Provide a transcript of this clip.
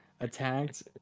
attacked